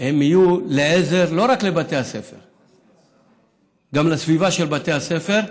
הם יהיו לעזר לא רק לבתי הספר אלא גם לסביבה של בתי הספר.